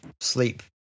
sleep